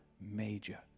major